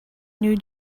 new